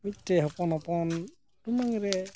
ᱢᱤᱫᱴᱮᱡ ᱦᱚᱯᱚᱱ ᱦᱚᱯᱚᱱ ᱴᱩᱢᱟᱹᱝ ᱨᱮ